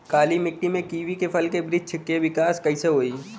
काली मिट्टी में कीवी के फल के बृछ के विकास कइसे होई?